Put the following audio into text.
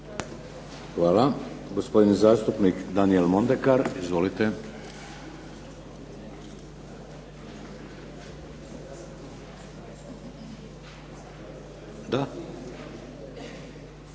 Hvala. Gospodin zastupnik Daniel Mondekar. Izvolite.